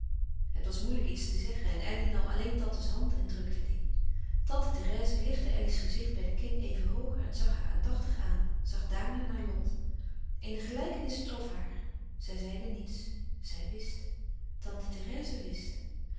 het was moeilijk iets te zeggen en elly nam alleen tante's hand en drukte die tante therèse lichtte elly's gezicht bij de kin even hooger en zag haar aandachtig aan zag daarna naar lot eene gelijkenis trof haar zij zeide niets zij wist tante therèse wist